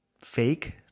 fake